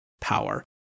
power